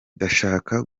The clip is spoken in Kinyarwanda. ndashaka